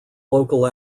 local